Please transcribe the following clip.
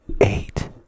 Eight